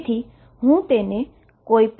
તેથી હું તેને કોઈપણ રીતે લખી શકું છું